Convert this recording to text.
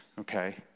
Okay